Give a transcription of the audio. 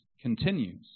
continues